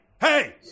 hey